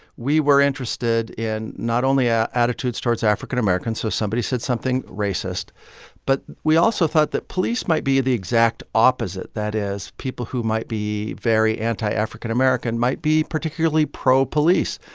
we were interested in not only ah attitudes towards african-americans so somebody said something racist but we also thought that police might be the exact opposite. that is, people who might be very anti-african-american might be particularly pro-police.